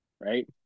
right